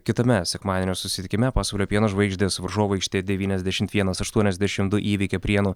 kitame sekmadienio susitikime pasvalio pieno žvaigždės varžovų aikštėj devyniasdešimt vienas aštuoniasdešim du įveikė prienų